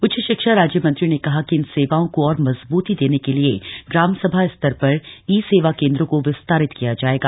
उच्च शिक्षा राज्य मंत्री ने कहा कि इन सेवाओं को और मजबूती देने के लिए ग्राम सभा स्तर पर ई सेवा केन्द्रों को विस्तारित किया जायेगा